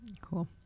Cool